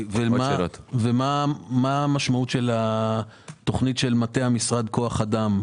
מה המשמעות של התוכנית של מטה המשרד, כוח אדם?